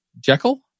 Jekyll